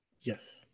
Yes